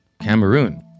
Cameroon